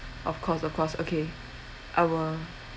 of course of course okay I will